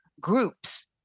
groups